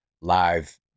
live